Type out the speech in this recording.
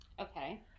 Okay